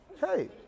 hey